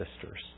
sisters